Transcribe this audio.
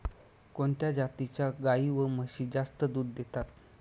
कोणत्या जातीच्या गाई व म्हशी जास्त दूध देतात?